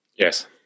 Yes